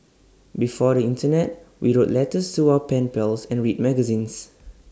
before the Internet we wrote letters to our pen pals and read magazines